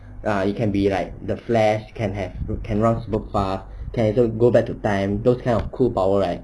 err it can be like the flash can have walk fast can also go back to time those kind are cool power right